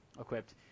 equipped